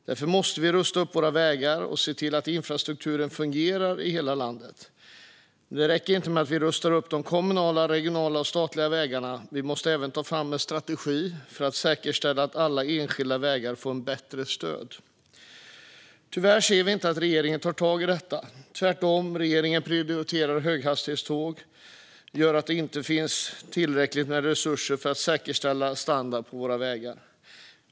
Därför måste vi rusta upp våra vägar och se till att infrastrukturen fungerar i hela landet. Men det räcker inte med att vi rustar upp de kommunala, regionala och statliga vägarna. Vi måste även ta fram en strategi för att säkerställa att alla enskilda vägar får ett bättre stöd. Tyvärr ser vi inte att regeringen tar tag i detta. Regeringen prioriterar tvärtom höghastighetståg, vilket gör att det inte finns tillräckligt med resurser för att säkerställa standarden på våra vägar.